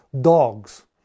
dogs